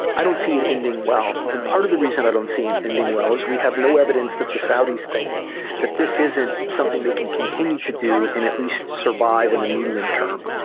i don't see it ending well. and part of the reason i don't see it ending well is we have no evidence that the saudis think that this isn't something they can continue to do and at least survive in the medium term.